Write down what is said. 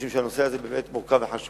משום שהנושא הזה באמת מורכב וחשוב.